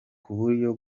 kuburyo